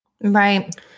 Right